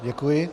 Děkuji.